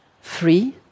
free